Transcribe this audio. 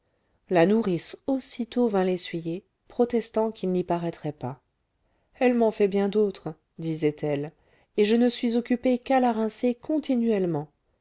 la nourrice aussitôt vint l'essuyer protestant qu'il n'y paraîtrait pas elle m'en fait bien d'autres disait-elle et je ne suis occupée qu'à la rincer continuellement